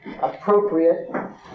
appropriate